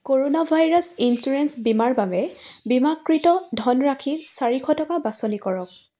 corona virus insurance বীমাৰ বাবে বীমাকৃত ধনৰাশি চাৰিশ টকা বাছনি কৰক